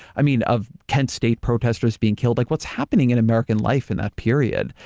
i mean, of kent state protestors being killed, like what's happening in american life in that period,